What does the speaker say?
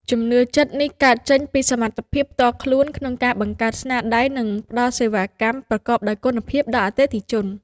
ជំនឿចិត្តនេះកើតចេញពីសមត្ថភាពផ្ទាល់ខ្លួនក្នុងការបង្កើតស្នាដៃ និងផ្តល់សេវាកម្មប្រកបដោយគុណភាពដល់អតិថិជន។